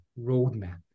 roadmap